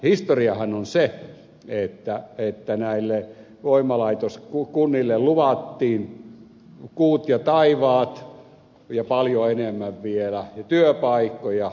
historiahan on se että näille voimalaitoskunnille luvattiin kuut ja taivaat ja paljon enemmän vielä